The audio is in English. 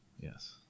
Yes